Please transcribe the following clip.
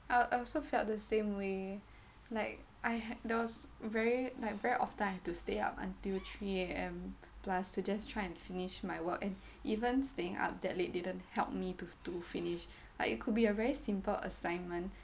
I I also felt the same way like I had those very like very often I had to stay up until three A_M plus to just try and finish my work and even staying up that late didn't help me to to finish like it could be a very simple assignment